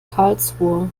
karlsruhe